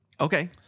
Okay